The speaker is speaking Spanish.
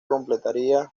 completaría